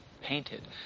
painted